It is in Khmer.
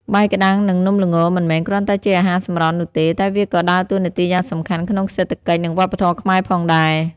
បាយក្ដាំង និងនំល្ង មិនមែនគ្រាន់តែជាអាហារសម្រន់នោះទេ តែវាក៏ដើរតួនាទីយ៉ាងសំខាន់ក្នុងសេដ្ឋកិច្ច និងវប្បធម៌ខ្មែរផងដែរ។